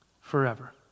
forever